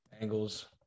Angles